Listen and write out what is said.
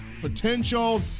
potential